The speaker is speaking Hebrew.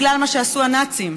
בגלל מה שעשו הנאצים,